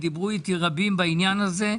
דיברו איתי רבים בעניין הזה.